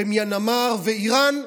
מיאנמר ואיראן,